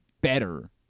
better